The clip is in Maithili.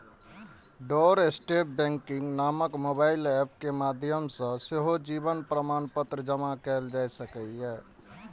डोरस्टेप बैंकिंग नामक मोबाइल एप के माध्यम सं सेहो जीवन प्रमाणपत्र जमा कैल जा सकैए